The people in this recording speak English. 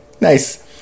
Nice